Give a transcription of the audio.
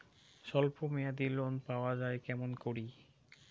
স্বল্প মেয়াদি লোন পাওয়া যায় কেমন করি?